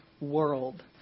World